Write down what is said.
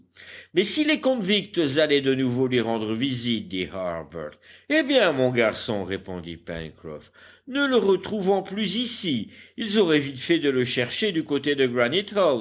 mais si les convicts allaient de nouveau lui rendre visite dit harbert eh bien mon garçon répondit pencroff ne le retrouvant plus ici ils auraient vite fait de le chercher du côté de